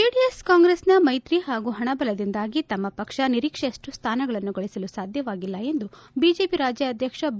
JDS Congress ಮೈತ್ರಿ ಹಾಗೂ ಪಣ ಬಲದಿಂದಾಗಿ ತಮ್ಮ ಪಕ್ಷ ನಿರೀಕ್ಷೆಯಷ್ಟು ಸ್ಥಾನಗಳನ್ನು ಗಳಿಸಲು ಸಾಧ್ಯವಾಗಿಲ್ಲ ಎಂದು ಬಿಜೆಪಿ ರಾಜ್ಯಾಧ್ಯಕ್ಷ ಬಿ